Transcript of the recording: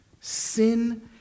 sin